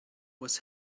was